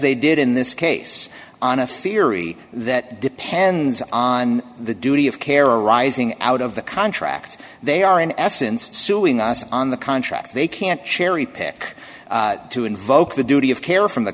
they did in this case on a fieri that depends on the duty of care arising out of the contract they are in essence suing us on the contract they can't cherry pick to invoke the duty of care from the